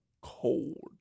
cold